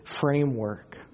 framework